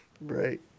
Right